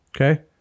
Okay